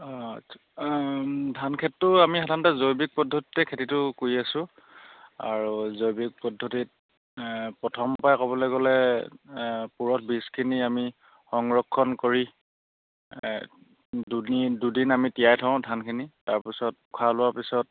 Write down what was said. অঁ ধান খেতিটো আমি সাধাৰণতে জৈৱিক পদ্ধতিতে খেতিটো কৰি আছো আৰু জৈৱিক পদ্ধতিত প্ৰথম পাই ক'বলৈ গ'লে পুৰঠ বীজখিনি আমি সংৰক্ষণ কৰি দুদি দুদিন আমি তিয়াই থওঁ ধানখিনি তাৰপিছত পখা ওলোৱাৰ পিছত